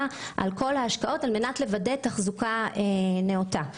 על כל ההשקעות על מנת לוודא תחזוקה נאותה.